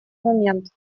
момент